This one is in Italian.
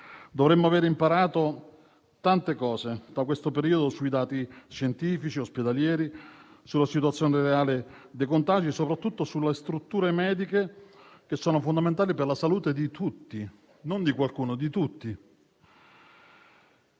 Dovremmo avere imparato tante cose da questo periodo sui dati scientifici e ospedalieri, sulla situazione reale dei contagi, soprattutto sulle strutture mediche che sono fondamentali per la salute di tutti, e non di qualcuno.